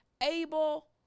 Abel